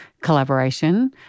collaboration